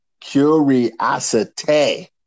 Curiosity